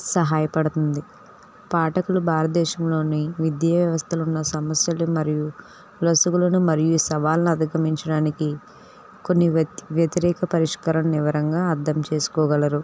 సహాయపడుతుంది పాఠకులు భారతదేశంలోని విద్యావ్యవస్థలో ఉన్న సమస్యలు లొసుగులు మరియు సవాళ్లను అధిగమించడానికి కొన్ని వ్య వ్యతిరేక పరిస్కరనివరంగా అర్ధం చేసుకోగలరు